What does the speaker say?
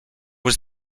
was